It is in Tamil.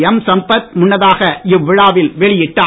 எம் சம்பத் முன்னதாக இவ்விழாவில் வெளியிட்டார்